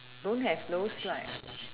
don't have those like